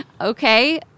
okay